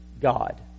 God